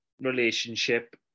relationship